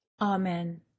Amen